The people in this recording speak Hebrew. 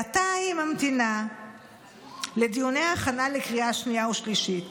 עתה היא ממתינה לדיוני הכנה לקריאה שנייה ושלישית